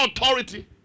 authority